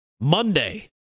Monday